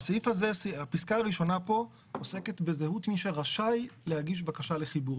הפסקה הראשונה פה עוסקת בזהות מי שרשאי להגיש בקשה לחיבור,